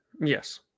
yes